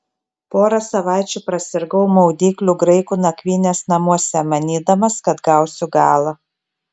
porą savaičių prasirgau maudyklių graikų nakvynės namuose manydamas kad gausiu galą